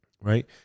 Right